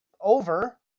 Over